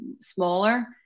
smaller